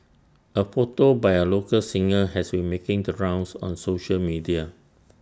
A photo by A local singer has been making the rounds on social media